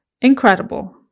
incredible